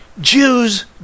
Jews